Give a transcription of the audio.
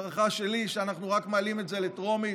הערכה שלי היא שאנחנו רק מעלים את זה לטרומית,